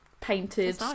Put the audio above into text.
painted